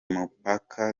mupaka